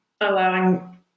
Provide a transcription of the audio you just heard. allowing